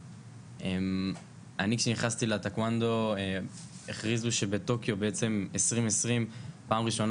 אני כשנכנסתי לטקוונדו הכריזו שבטוקיו בעצם 2020 פעם ראשונה